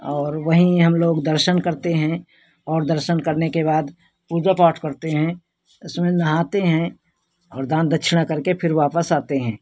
और वहीं हम लोग दर्शन करते हैं और दर्शन करने के बाद पूजा पाठ करते हैं उसमें नहाते हैं और दान दक्षिणा करके फिर वापस आते हैं